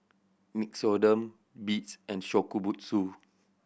Nixoderm Beats and Shokubutsu